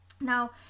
Now